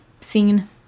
scene